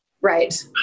right